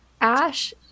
Ash